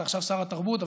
אתה עכשיו שר התרבות,